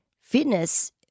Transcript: fitness